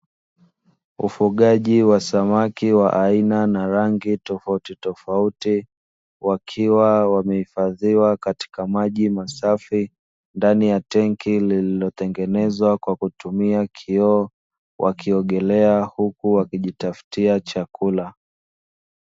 Ufugaji wa samaki wa aina na rangi tofautitofauti, wakiwa wamehifadhiwa katika maji masafi, ndani ya tenki lililotengenezwa kwa kutumia kioo, wakiogelea huku wakijitafutia chakula.